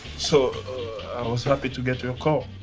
so i was happy to get your call.